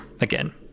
again